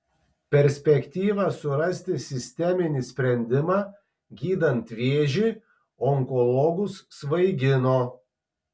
perspektyva surasti sisteminį sprendimą gydant vėžį onkologus svaigino